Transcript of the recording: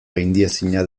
gaindiezina